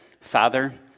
Father